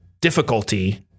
difficulty